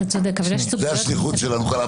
זו השליחות שלנו כאן.